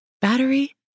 Battery